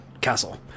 castle